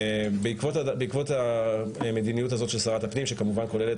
בעקבות המדיניות הזאת של שרת הפנים שכמובן כוללת